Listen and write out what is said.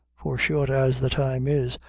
for short as the time is,